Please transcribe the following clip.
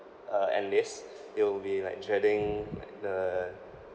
uh enlist it'll be like dreading like the